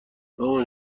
مامان